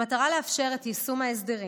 במטרה לאפשר את יישום ההסדרים,